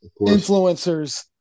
influencers